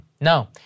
No